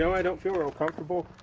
i don't feel real comfortable,